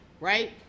right